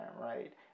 right